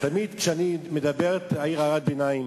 תמיד כשאני מדבר, תעיר הערת ביניים.